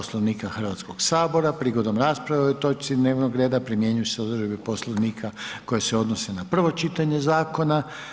Poslovnika Hrvatskog sabora prigodom rasprave o ovoj točci dnevnog reda primjenjuju se odredbe Poslovnika koje se odnose na prvo čitanje zakona.